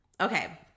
Okay